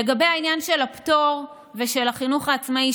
לגבי העניין של הפטור ושל החינוך העצמאי,